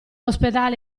ospedale